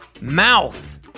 mouth